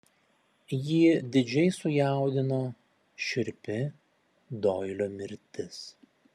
jį didžiai sujaudino šiurpi doilio mirtis